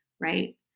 right